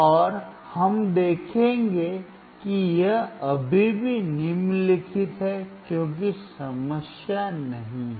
और हम देखेंगे कि यह अभी भी निम्नलिखित है कोई समस्या नहीं है